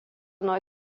nuo